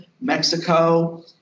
Mexico